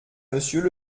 monsieur